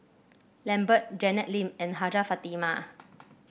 Lambert Janet Lim and Hajjah Fatimah